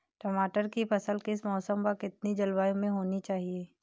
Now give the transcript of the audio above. टमाटर की फसल किस मौसम व कितनी जलवायु में होनी चाहिए?